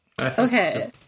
Okay